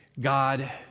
God